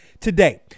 today